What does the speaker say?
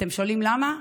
אתם שואלים למה?